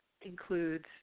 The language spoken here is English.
includes